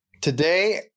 Today